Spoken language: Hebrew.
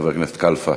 חבר הכנסת כלפה,